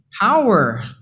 power